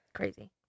Crazy